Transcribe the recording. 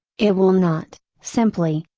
it will not, simply,